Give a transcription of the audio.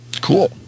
Cool